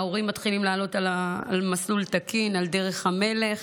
ההורים מתחילים לעלות על מסלול תקין, על דרך המלך,